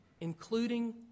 including